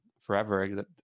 forever